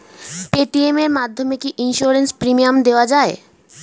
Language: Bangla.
পেটিএম এর মাধ্যমে কি ইন্সুরেন্স প্রিমিয়াম দেওয়া যায়?